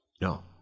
No